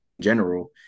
general